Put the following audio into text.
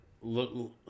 Look